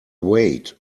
weight